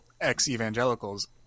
ex-evangelicals